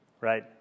right